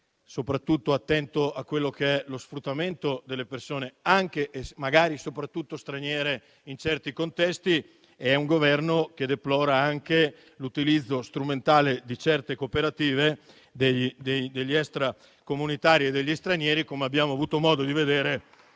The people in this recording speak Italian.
sociali. È attento a quello che è lo sfruttamento delle persone soprattutto straniere in certi contesti. È un Governo che deplora anche l'utilizzo strumentale di certe cooperative degli extracomunitari e degli stranieri, come abbiamo avuto modo di vedere